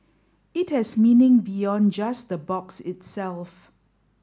it has meaning beyond just the box itself